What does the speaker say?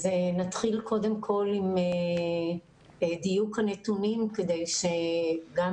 נתחיל קודם כל מדיוק הנתונים כדי שגם